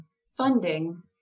funding